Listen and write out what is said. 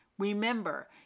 Remember